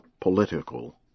political